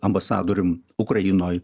ambasadorium ukrainoj